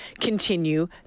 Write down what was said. continue